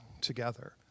together